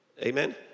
amen